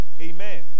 Amen